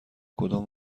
کدام